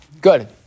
good